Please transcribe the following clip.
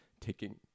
taking